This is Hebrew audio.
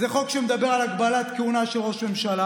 זה חוק שמדבר על הגבלת כהונה של ראש ממשלה,